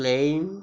claim